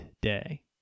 day